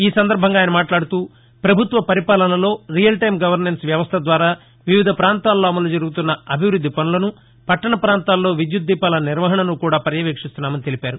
ఈ సందర్బంగా ఆయన మాట్లాడుతూ ప్రభుత్వ పరిపాలనలో రియల్టైమ్ గవర్నెన్స్ వ్యవస్ద ద్వారా వివిధ ప్రాంతాల్లో అమలు జరుగుతున్న అభివృద్ది పనులను పట్టణ ప్రాంతాల్లో విద్యుక్ దీపాల నిర్వహణను కూడా పర్యవేక్షిస్తున్నామని తెలిపారు